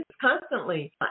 constantly